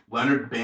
Leonard